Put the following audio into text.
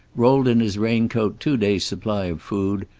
rolled in his raincoat two days' supply of food,